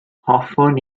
hoffwn